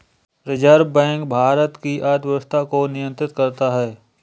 reserve Bank Bharat की अर्थव्यवस्था को नियन्त्रित करता है